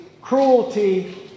cruelty